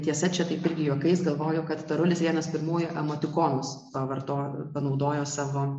tiesa čia taip irgi juokais galvoju kad tarulis vienas pirmųjų emotikonus pavartojo panaudojo savo